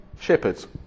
shepherds